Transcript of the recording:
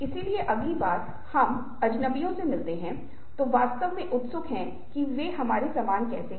इसलिए मौन यहां बहुत महत्वपूर्ण भूमिका निभाता है और इसलिए बातचीत जारी है